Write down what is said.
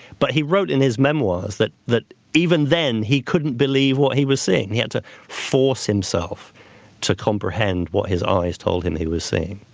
but he wrote in his memoirs that that even then he couldn't believe what he was seeing. he had to force himself to comprehend what his eyes told him he was seeing.